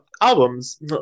albums